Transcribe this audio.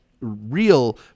real